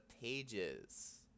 pages